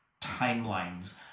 timelines